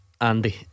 Andy